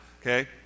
okay